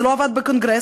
זה לא עבד בקונגרס,